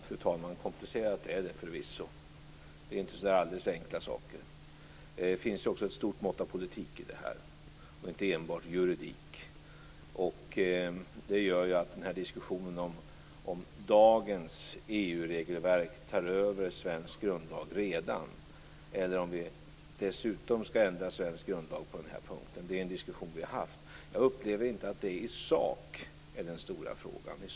Fru talman! Komplicerat är det förvisso. Det är ju inte alldeles enkla saker. Det finns också ett stort mått av politik i detta och inte enbart juridik. Det gör att vi har haft en diskussion om huruvida dagens EU regelverk redan tar över svensk grundlag eller om vi dessutom skall ändra svensk grundlag på den här punkten. Jag upplever inte att det i sak är den stora frågan.